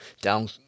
down